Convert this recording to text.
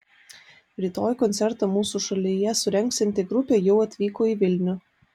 rytoj koncertą mūsų šalyje surengsianti grupė jau atvyko į vilnių